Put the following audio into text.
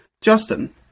justin